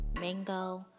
mango